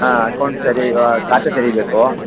ಹಾಂ ಅಕೌಂಟ್ ತೆರೆ ಖಾತೆ ತೆರೆಬೇಕು